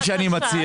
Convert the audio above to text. מה שאני מציע,